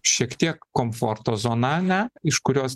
šiek tiek komforto zona ne iš kurios